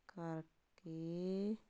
ਕਰਕੇ